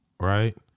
Right